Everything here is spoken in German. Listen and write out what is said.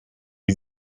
wie